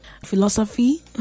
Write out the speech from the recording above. philosophy